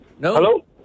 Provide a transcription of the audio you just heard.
Hello